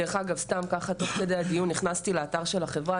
דרך אגב סתם ככה תוך כדי הדיון נכנסתי לאתר של החברה,